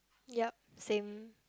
yeap same